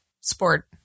sport